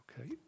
Okay